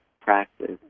practice